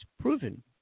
proven